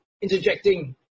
interjecting